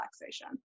relaxation